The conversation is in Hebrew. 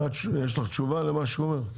יש לך תשובה למה שהוא אומר?